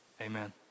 Amen